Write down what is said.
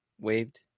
waved